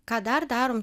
ką dar darom